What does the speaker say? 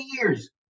years